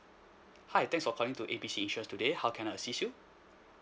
hi thanks for calling to A B C insurance today how can I assist you